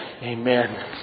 Amen